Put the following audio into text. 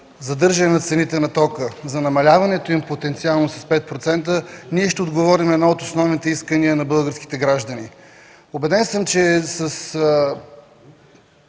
задържане на цените на тока, за намаляването им потенциално с 5%, ние ще отговорим на едно от основните искания на българските граждани. Убеден съм, че с